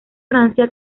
francia